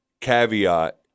caveat